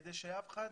כדי שאף אחד